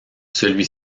celui